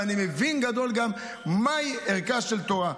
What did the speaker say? ואני מבין גדול גם מהו ערכה של תורה.